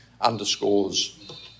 underscores